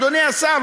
אדוני השר,